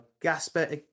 Gasper